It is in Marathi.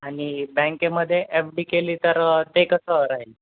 आणि बँकेमध्ये एफ डी केली तर ते कसं राहील